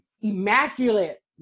immaculate